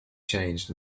changed